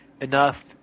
enough –